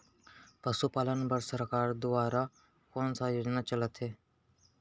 पशुपालन बर सरकार दुवारा कोन स योजना चलत हे?